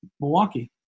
Milwaukee